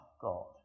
God